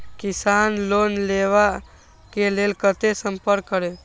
किसान लोन लेवा के लेल कते संपर्क करें?